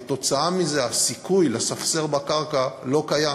כתוצאה מזה הסיכוי לספסר בקרקע לא קיים,